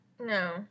No